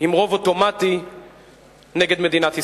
עם רוב אוטומטי נגד מדינת ישראל.